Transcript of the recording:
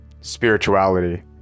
spirituality